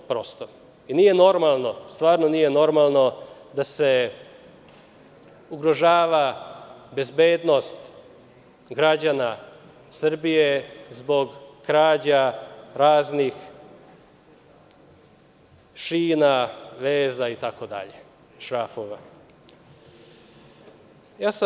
Nije normalno, stvarno nije normalno da se ugrožava bezbednost građana Srbije zbog krađa raznih šina, veza, šrafova itd.